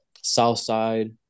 Southside